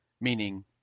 Meaning